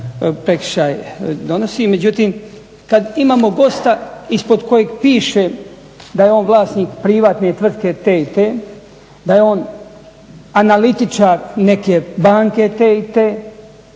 prekršaj donosi. Međutim kada imamo gosta ispod kojeg piše da je on vlasnik privatne tvrtke te i te, da je on analitičar neke banke te i te,